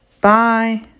Bye